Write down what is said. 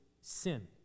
sin